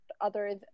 others